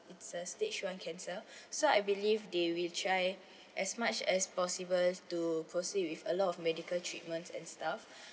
it's a stage one cancer so I believe they will try as much as possible to proceed with a lot of medical treatments and stuff